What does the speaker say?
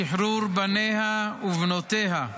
לשחרור בניה ובנותיה.